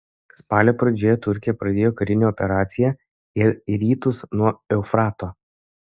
spalio pradžioje turkija pradėjo karinę operaciją ir į rytus nuo eufrato